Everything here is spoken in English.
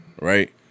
right